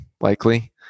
likely